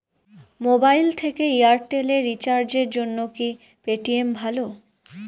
Mobile থেকে Airtel এ রিচার্জের জন্য কি পেটিএম ভালো?